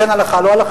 כן הלכה או לא הלכה,